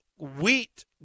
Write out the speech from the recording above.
Wheat